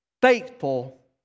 faithful